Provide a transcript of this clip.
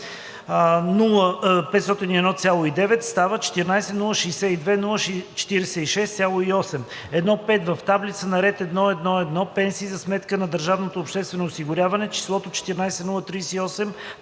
501,9“ става „14 062 046,8“. 1.5. В таблицата, на ред ,,1.1.1. Пенсии за сметка на държавното обществено осигуряване“ числото „14 036